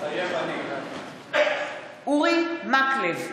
מתחייב אני אורי מקלב,